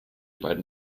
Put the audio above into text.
beiden